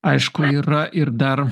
aišku yra ir dar